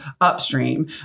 upstream